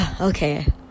okay